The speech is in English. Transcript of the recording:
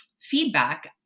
feedback